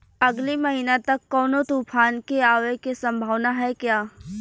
अगले महीना तक कौनो तूफान के आवे के संभावाना है क्या?